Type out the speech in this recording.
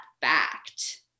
Fact